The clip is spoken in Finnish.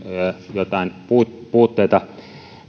joitain puutteita puutteita